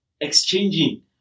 exchanging